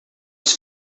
its